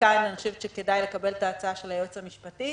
כאן אני חושבת שכדאי לקבל את ההצעה של היועץ המשפטי.